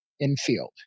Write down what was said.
infield